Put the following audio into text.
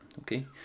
okay